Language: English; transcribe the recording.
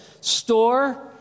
Store